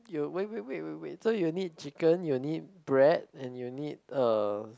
you wait wait wait wait so you need chicken you need bread and you need uh